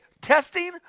testing